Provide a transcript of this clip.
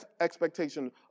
expectation